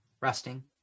resting